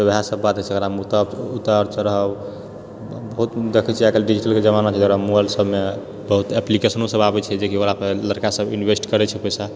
तऽ ओहे सभ बात होइ छै उता उतार चढ़ाब वा बहुत दखै छियै आइ काल्हि डिजिटलके जमाना छै मौल सभमे बहुत एप्लिकेशनो सभ आबै छै जेकि ओकरा पर लड़का सभ इन्वेस्ट करै छै पैसा